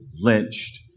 lynched